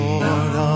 Lord